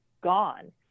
gone